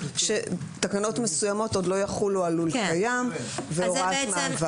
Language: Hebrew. שתקנות מסוימות עוד לא יחולו על לול קיים והוראת מעבר.